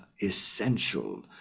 essential